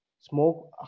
smoke